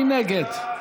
מי נגד?